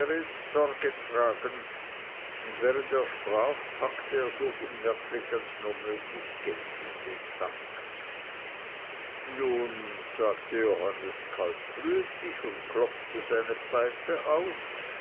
und während er sprach packte er so unmerklich als nur möglich geld in den sack nun sagte johannes kaltblütig und klopfte seine pfeife aus